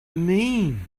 mean